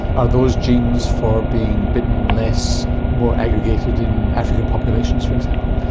are those genes for being bitten less more aggregated in african populations, for example?